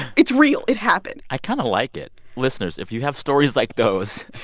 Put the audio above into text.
it's real. it happened i kind of like it. listeners, if you have stories like those,